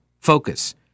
focus